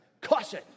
Caution